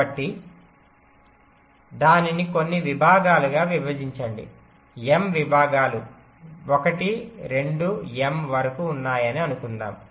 కాబట్టి దానిని కొన్ని విభాగాలుగా విభజించండి m విభాగాలు 1 2 m వరకు ఉన్నాయని అనుకుందాము